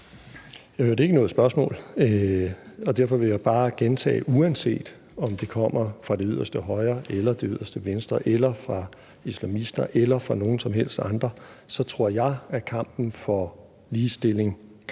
Jeg hørte ikke noget spørgsmål. Derfor vil jeg bare gentage, at uanset om det kommer fra det yderste højre eller det yderste venstre eller fra islamister eller fra nogen som helst andre, så tror jeg, at vi bedst tager kampen for ligestilling, kampen